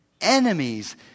enemies